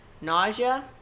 Nausea